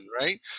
right